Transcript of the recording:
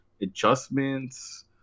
adjustments